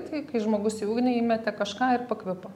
tai kai žmogus į ugnį įmetė kažką ir pakvipo